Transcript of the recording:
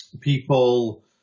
people